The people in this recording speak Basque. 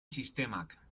sistemak